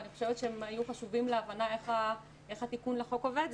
ואני חושבת שהם היו חשובים להבנה איך התיקון לחוק עובד,